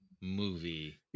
movie